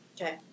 Okay